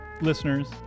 Listeners